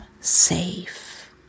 safe